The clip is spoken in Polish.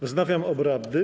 Wznawiam obrady.